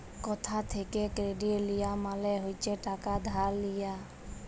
কথা থ্যাকে কেরডিট লিয়া মালে হচ্ছে টাকা ধার লিয়া